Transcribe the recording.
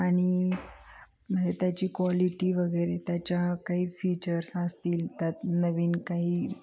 आणि म्हए त्याची कॉलिटी वगैरे त्याच्या काही फीचर्स असतील त्यात नवीन काही